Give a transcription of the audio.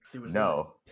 no